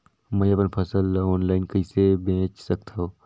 मैं अपन फसल ल ऑनलाइन कइसे बेच सकथव?